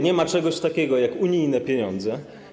Nie ma czegoś takiego jak unijne pieniądze.